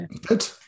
Good